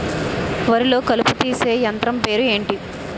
వరి లొ కలుపు తీసే యంత్రం పేరు ఎంటి?